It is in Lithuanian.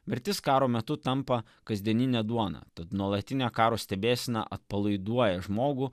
mirtis karo metu tampa kasdienine duona tad nuolatinio karo stebėsena atpalaiduoja žmogų